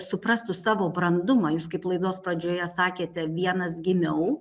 suprastų savo brandumą jūs kaip laidos pradžioje sakėte vienas gimiau